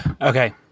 Okay